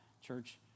church